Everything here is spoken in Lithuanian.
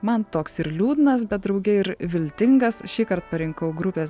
man toks ir liūdnas bet drauge ir viltingas šįkart parinkau grupės